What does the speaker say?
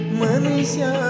manisha